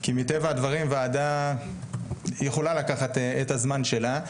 כי מטבע הדברים הוועדה יכולה לקחת את הזמן שלה,